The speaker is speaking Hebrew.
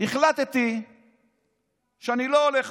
החלטתי שאני לא הולך,